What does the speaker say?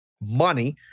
money